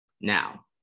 now